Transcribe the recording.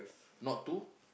not to